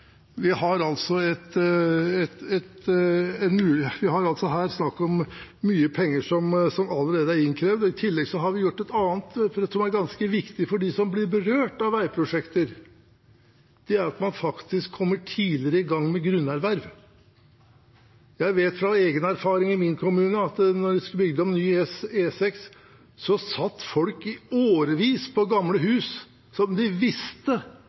innkrevd. I tillegg har vi gjort noe annet som er ganske viktig for dem som blir berørt av veiprosjekter, og det er at man faktisk kommer tidligere i gang med grunnerverv. Jeg vet av egen erfaring i min kommune at da det skulle bygges ny E6, satt folk i årevis på gamle hus som de visste